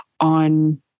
on